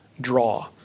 draw